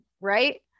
Right